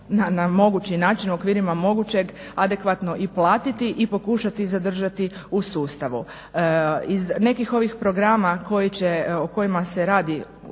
mogući način u okvirima mogućeg adekvatno i platiti i pokušati zadržati u sustavu. Iz nekih ovih programa o kojima se radi